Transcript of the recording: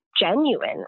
genuine